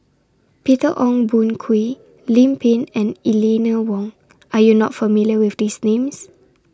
Peter Ong Boon Kwee Lim Pin and Eleanor Wong Are YOU not familiar with These Names